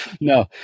No